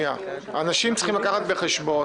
אנשים צריכים לקחת בחשבון